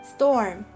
Storm